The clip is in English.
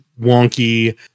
wonky